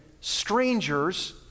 strangers